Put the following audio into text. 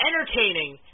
entertaining